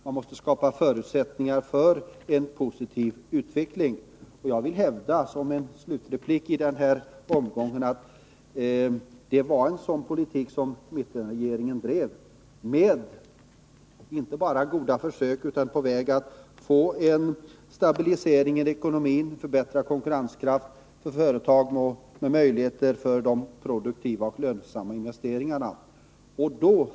Man måste skapa förutsättningar för en positiv utveckling. Jag vill, som en slutreplik i den här omgången, hävda att det var en sådan politik som mittenregeringen drev. Vi gjorde inte bara goda försök utan var på väg att få till stånd en stabilisering av ekonomin och förbättrad konkurrenskraft för företagen med möjligheter till produktiva och lönsamma investeringar.